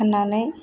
फाननानै